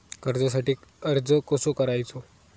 कर्जासाठी अर्ज कसो करायचो?